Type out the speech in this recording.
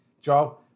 Joe